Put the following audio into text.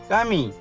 Kami